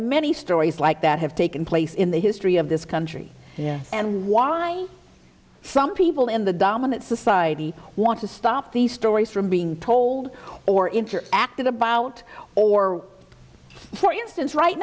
many stories like that have taken place in the history of this country and why some people in the dominant society want to stop these stories from being told or interacted about or for instance right